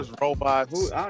robots